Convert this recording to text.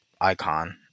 icon